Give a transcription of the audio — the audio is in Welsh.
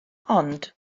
ond